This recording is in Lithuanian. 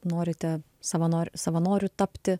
norite savanoriu savanoriu tapti